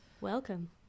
welcome